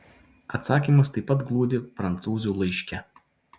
atsakymas taip pat glūdi prancūzių laiške